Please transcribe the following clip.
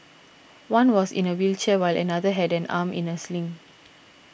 one was in a wheelchair while another had an arm in a sling